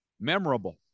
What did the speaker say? Memorable